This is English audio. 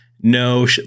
no